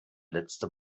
letzte